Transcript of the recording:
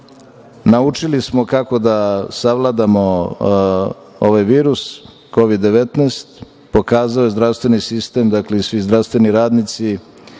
pošasti. Naučili smo kako da savladamo ovaj virus Kovid-19. Pokazao je zdravstveni sistem i svi zdravstveni radnici